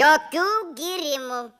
jokių gyrimų